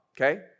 okay